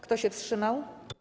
Kto się wstrzymał?